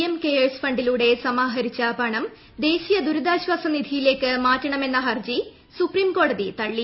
M cares ഫണ്ടിലൂടെ സമാഹരിച്ച പണം ദേശീയ ദുരിതാശ്ചാസ നിധിയിലേക്ക് മാറ്റണമെന്ന ഹർജി സുപ്രീം കോടതി തള്ളി